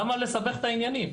למה לסבך את העניינים.